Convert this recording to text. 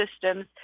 systems